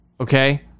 okay